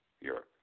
Europe